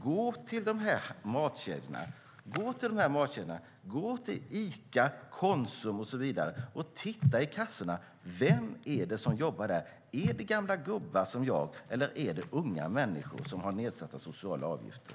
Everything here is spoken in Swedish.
Gå till de här matkedjorna, Ica, Konsum och så vidare, och titta i kassorna vilka som jobbar där. Är det gamla gubbar som jag, eller är det unga människor med nedsatta sociala avgifter?